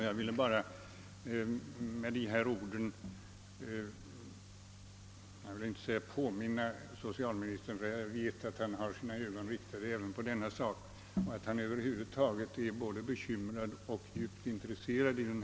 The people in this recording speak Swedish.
Jag behöver inte påminna socialministern om den saken, då jag vet att han har sina ögon riktade även på den och att han över huvud taget är både bekymrad och djupt intresserad för saken.